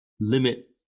limit